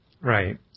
Right